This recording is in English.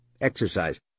Exercise